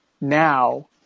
now